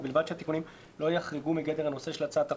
ובלבד שהתיקונים לא יחרגו מגדר הנושא של הצעת החוק,